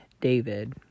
David